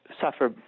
suffer